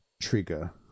trigger